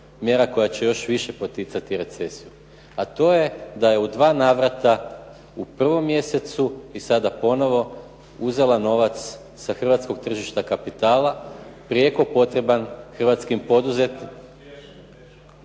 Mjera koja će još više poticati recesiju, a to je da je u dva navrata u prvom mjesecu i sada ponovo uzela novac sa hrvatskog tržišta kapitala, prijeko potreban hrvatskim poduzetnicima…